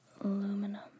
aluminum